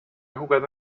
jugado